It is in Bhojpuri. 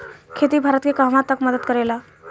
खेती भारत के कहवा तक मदत करे ला?